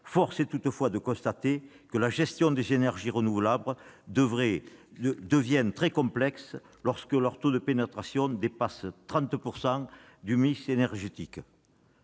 force est toutefois de constater que la gestion des énergies renouvelables devient très complexe lorsque leur taux de pénétration dépasse 30 % du mix énergétique.